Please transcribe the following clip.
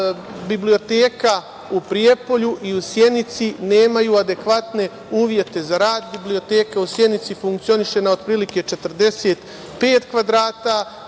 biblioteke u Prijepolju i u Sjenici nemaju adekvatne uslove za rad, biblioteka u Sjenici funkcioniše, otprilike na 45 kvadrata,